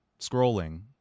scrolling